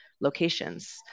locations